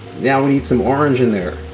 now we need some orange in there,